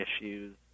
issues